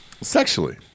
Sexually